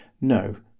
no